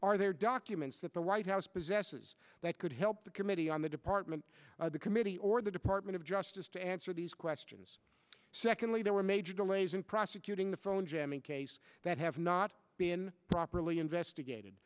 are there documents that the white house possesses that could help the committee on the department the committee or the department of justice to answer these questions secondly there were major delays in prosecuting the phone jamming case that have not been properly investigated